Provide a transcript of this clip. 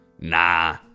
Nah